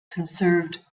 conserved